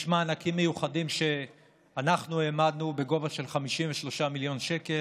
יש מענקים מיוחדים שאנחנו העמדנו בגובה של 53 מיליון שקל.